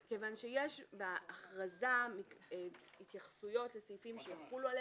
מכיוון שיש בהכרזה התייחסויות לסעיפים שיחולו עלינו,